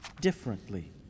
differently